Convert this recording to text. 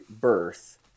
birth